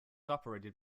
operated